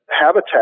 habitat